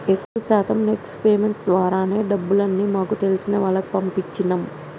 ఎక్కువ శాతం NEFT payments ద్వారానే డబ్బుల్ని మాకు తెలిసిన వాళ్లకి పంపించినం